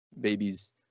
babies